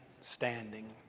Standing